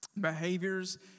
behaviors